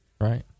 Right